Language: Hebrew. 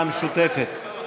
יעקב פרי,